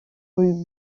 rue